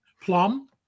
Plum